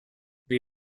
wie